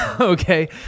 okay